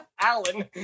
Alan